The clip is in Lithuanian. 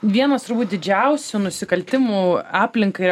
vienas didžiausių nusikaltimų aplinkai ir